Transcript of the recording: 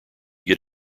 get